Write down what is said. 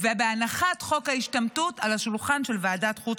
ובהנחת חוק ההשתמטות על השולחן של ועדת החוץ